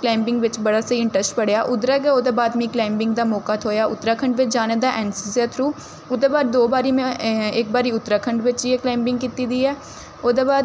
climbing बिच्च बड़ा स्हेई इंट्रस्ट पड़ेआ उद्धरा गै ओह्दे बाद मी क्लाइंबिंग दा मौका थ्होएआ उत्तराखण्ड बिच्च जाने दा ऐन्न सी सी दे थ्रू ओह्दे बाद दो बारी में इक बारी उत्तराखण्ड बिच्च जाइयै क्लाइंबिंग कीती दी ऐ ओह्दे बाद